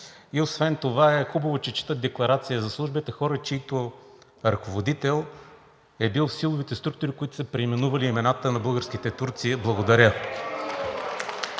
И освен това е хубаво, че четат декларация за службите хора, чийто ръководител е бил в силовите структури, които са преименували имената на българските турци. Благодаря.